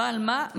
אבל מה?